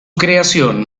creación